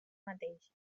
mateix